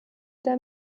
der